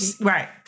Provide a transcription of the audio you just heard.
right